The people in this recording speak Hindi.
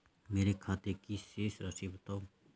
मेरे खाते की शेष राशि बताओ?